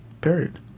period